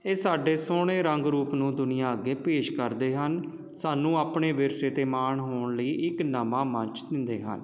ਇਹ ਸਾਡੇ ਸੋਹਣੇ ਰੰਗ ਰੂਪ ਨੂੰ ਦੁਨੀਆਂ ਅੱਗੇ ਪੇਸ਼ ਕਰਦੇ ਹਨ ਸਾਨੂੰ ਆਪਣੇ ਵਿਰਸੇ 'ਤੇ ਮਾਣ ਹੋਣ ਲਈ ਇੱਕ ਨਵਾਂ ਮੰਚ ਦਿੰਦੇ ਹਨ